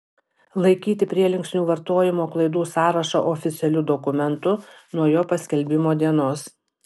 laikyti prielinksnių vartojimo klaidų sąrašą oficialiu dokumentu nuo jo paskelbimo dienos